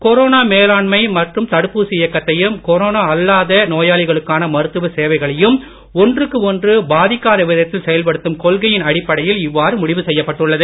corona மேலாண்மை மற்றும் தடுப்பூசி இயக்கத்தையும் கொரோனா அல்லாத நோயாளிகளுக்கான மருத்துவ சேவைகளையும் ஒன்றுக்கு ஒன்று பாதிக்காத விதத்தில் செயல்படுத்தும் கொள்கையின் அடிப்படையில் இவ்வாறு முடிவு செய்யப் பட்டுள்ளது